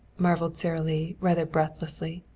marveled sara lee rather breathlessly,